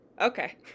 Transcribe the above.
okay